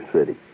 city